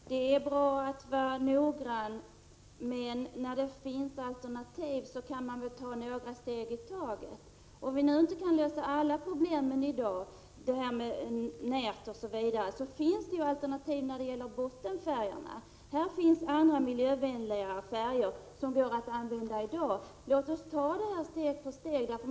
Herr talman! Det är bra att vara noggrann, men när det finns alternativ kunde man väl ta några steg i taget. Vi kanske inte kan lösa alla problemen i dag — det nämndes nät osv. — men det finns alternativ när det gäller 49 bottenfärgerna. Det finns andra och mera miljövänliga färger som går att nvända i dag. Låt oss då ta detta steg för steg.